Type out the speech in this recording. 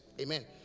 Amen